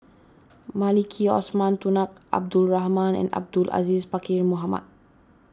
Maliki Osman Tunku Abdul Rahman Abdul Aziz Pakkeer Mohamed